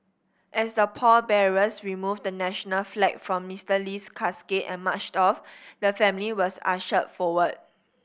as the pallbearers removed the national flag from Mister Lee's casket and marched off the family was ushered forward